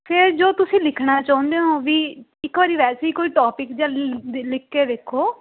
ਫਿਰ ਜੋ ਤੁਸੀਂ ਲਿਖਣਾ ਚਾਹੁੰਦੇ ਹੋ ਵੀ ਇੱਕ ਵਾਰ ਵੈਸੇ ਹੀ ਕੋਈ ਟੋਪਿਕ ਜਿਹਾ ਲਿ ਲਿਖ ਕੇ ਵੇਖੋ